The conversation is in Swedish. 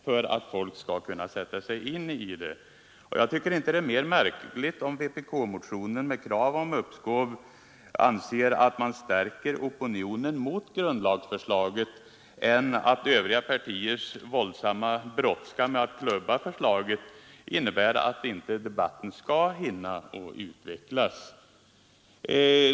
Jag tycker inte att det är mera märkligt om vpk med motionen om uppskov avser att stärka opinionen mot grundlagsförslaget än vad det är med övriga partiers våldsamma brådska att klubba förslaget innan debatten hinner utvecklas.